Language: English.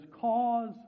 cause